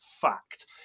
Fact